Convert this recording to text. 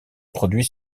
produit